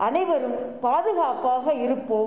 அளைவரும் பாதுகாப்பாக இருப்போம்